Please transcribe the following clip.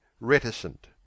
Reticent